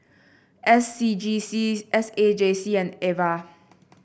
S C G C S A J C and Ava